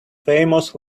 famous